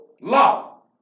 Law